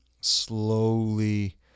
slowly